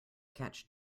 catch